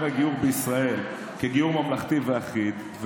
הגיור בישראל כגיור ממלכתי ואחיד.